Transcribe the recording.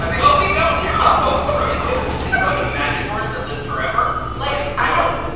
but well, we don't know roads rule is roache a magic horse that lives forever? like, oh,